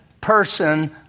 person